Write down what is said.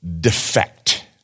defect